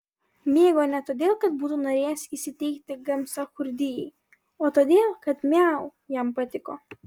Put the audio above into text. mėgo ne todėl kad būtų norėjęs įsiteikti gamsachurdijai o todėl kad miau jam patiko